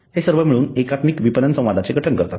हे सर्व मिळून एकात्मिक विपणन संवादाचे गठन करतात